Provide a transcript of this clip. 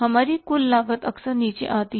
हमारी कुल लागत अक्सर नीचे आती है